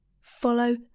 Follow